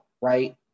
right